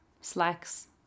slacks